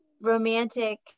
romantic